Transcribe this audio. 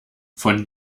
von